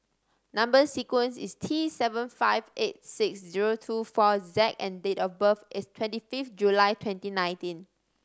number sequence is T seven five eight six zero two four Z and date of birth is twenty fifth July twenty nineteen